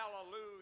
hallelujah